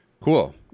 Cool